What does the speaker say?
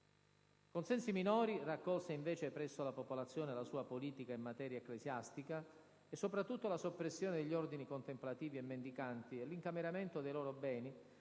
Consensi minori raccolse invece presso la popolazione la sua politica in materia ecclesiastica e soprattutto la soppressione degli ordini contemplativi e mendicanti e l'incameramento dei loro beni,